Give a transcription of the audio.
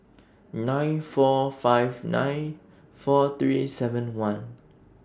nine four five nine four three seven one